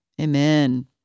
amen